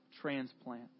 transplant